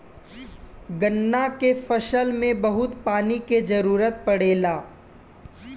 गन्ना के फसल में बहुत पानी के जरूरत पड़ेला